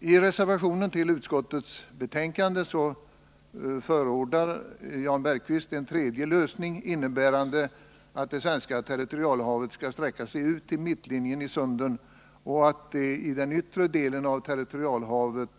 I reservationen till utskottets betänkande förordar Jan Bergqvist en tredje lösning, innebärande att det svenska territorialhavet skall sträcka sig ut till mittlinjen i sunden och att det i den yttre delen av territorialhavet